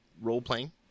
role-playing